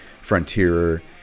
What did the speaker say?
Frontier